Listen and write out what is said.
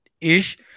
ish